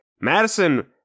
madison